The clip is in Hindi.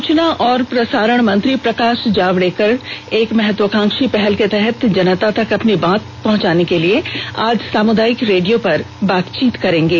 सूचना और प्रसारण मंत्री प्रकाश जावडेकर एक महत्वाकांक्षी पहल के तहत जनता तक अपनी बात पहुंचाने के लिए आज सामुदायिक रेडियो पर बातचीत करेंगे